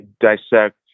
dissect